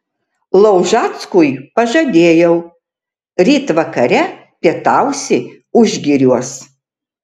laužackui pažadėjau ryt vakare pietausi užgiriuos